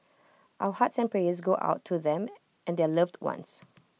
our hearts and prayers go out to them and their loved ones